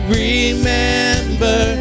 remember